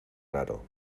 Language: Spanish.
raro